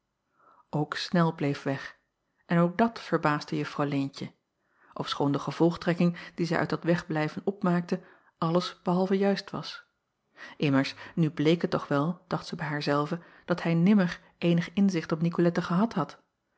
ok nel bleef weg en ook dat verbaasde uffrouw eentje ofschoon de gevolgtrekking die zij uit dat wegblijven opmaakte alles behalve juist was mmers nu bleek het toch wel dacht zij bij haar zelve dat hij nimmer eenig inzicht op icolette gehad had